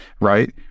right